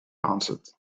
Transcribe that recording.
answered